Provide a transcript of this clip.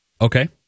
Okay